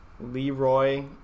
Leroy